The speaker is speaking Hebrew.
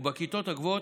ובכיתות הגבוהות,